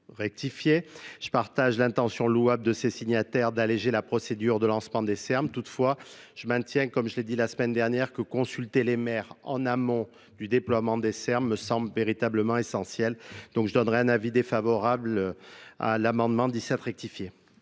sept je partage l'intention louable de ces signataires d'alléger la procédure de lancement des serbes toutefois je maintiens comme je l'ai dit la semaine dernière que consulter les maires en amont du déploiement des serres me semble d véritablement essentiels je donnerai un avis défavorable à l'amendement merci